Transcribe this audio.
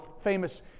famous